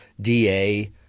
DA